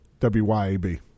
WYAB